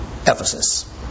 Ephesus